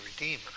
redeemer